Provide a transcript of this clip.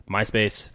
MySpace